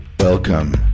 Welcome